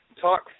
talk